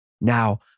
Now